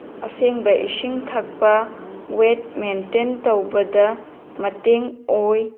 ꯑꯁꯦꯡꯕ ꯏꯁꯤꯡ ꯊꯛꯄ ꯋꯦꯠ ꯃꯦꯟꯇꯦꯟ ꯇꯧꯕꯗ ꯃꯇꯦꯡ ꯑꯣꯏ